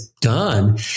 Done